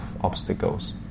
obstacles